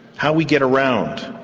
how we get around,